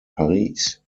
paris